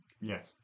Yes